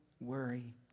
worry